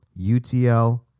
UTL